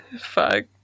Fuck